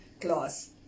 class